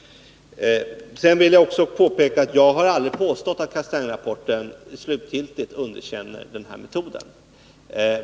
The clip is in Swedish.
Jag vill också påpeka att jag aldrig har påstått att Castaingrapporten slutgiltigt underkänner denna metod.